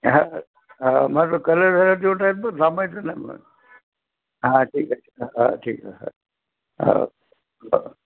हां हो मात्र कलर झाल्यावर देऊन टाकायचा थांबायचं नाही मग हां ठीक आहे हां ठीक आहे हो हो बरं